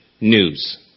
news